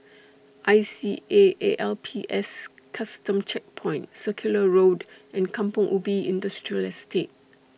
I C A A L P S Custom Checkpoint Circular Road and Kampong Ubi Industrial Estate